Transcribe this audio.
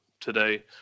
today